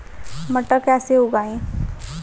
मटर कैसे उगाएं?